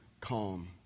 calm